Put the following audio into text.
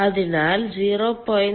അതിനാൽ 0